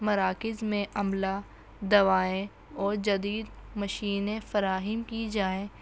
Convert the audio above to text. مراکز میں عملہ دوائیں اور جدید مشینیں فراہم کی جائیں